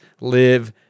live